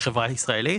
בחברה ישראלית.